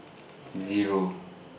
Zero